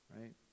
right